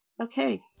okay